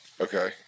okay